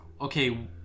okay